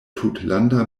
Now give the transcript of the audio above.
tutlanda